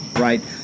right